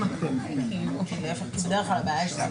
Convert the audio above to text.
מי נגד?